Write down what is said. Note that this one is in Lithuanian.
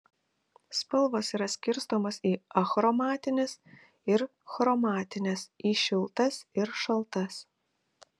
spalvos yra skirstomos į achromatines ir chromatines į šiltas ir šaltas